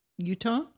Utah